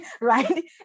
right